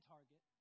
Target